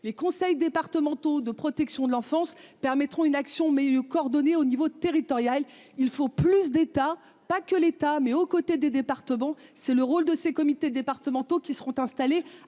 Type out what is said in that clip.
les conseils départementaux de protection de l'enfance permettront une action mais le coordonné au niveau territorial. Il faut plus d'État pas que l'État, mais aux côtés des départements, c'est le rôle de ces comités départementaux qui seront installés